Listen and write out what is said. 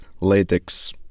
latex